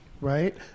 Right